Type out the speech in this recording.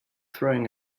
throwing